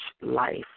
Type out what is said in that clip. life